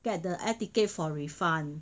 get the air ticket for refund